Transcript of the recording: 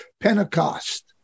Pentecost